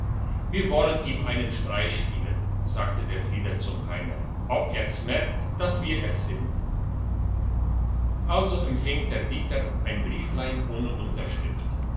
wir wollen ihm einen streich spielen sagte der frieder zum heiner ob er's merkt dass wir es sind also empfing der dieter ein brieflein ohne unterschrift